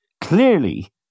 clearly